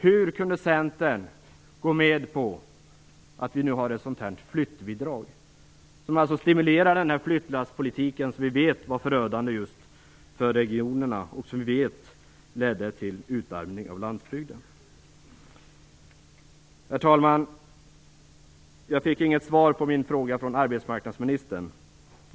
Hur kunde Centern gå med på flyttbidraget som stimulerar flyttlasspolitiken som vi vet var förödande för regionerna och som ledde till utarmning av landsbygden? Herr talman! Jag fick inget svar från arbetsmarknadsministern på min fråga.